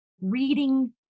reading